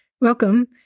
Welcome